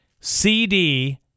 CD